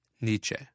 Nietzsche